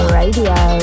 Radio